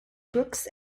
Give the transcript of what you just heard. brooks